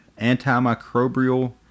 antimicrobial